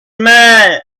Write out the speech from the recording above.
meant